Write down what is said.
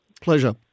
Pleasure